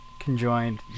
conjoined